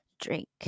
drink